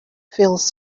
feels